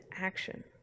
action